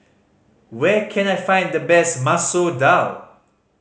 where can I find the best Masoor Dal